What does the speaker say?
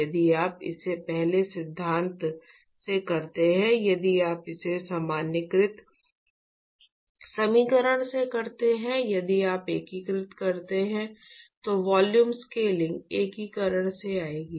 यदि आप इसे पहले सिद्धांत से करते हैं यदि आप इसे सामान्यीकृत समीकरण से करते हैं यदि आप एकीकृत करते हैं तो वॉल्यूम स्केलिंग एकीकरण से आएगी